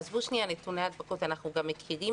עזבו לרגע את נתוני ההדבקות אנחנו גם מכירים,